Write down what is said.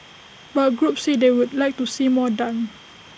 but groups say they would like to see more done